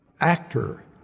actor